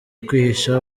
kwihisha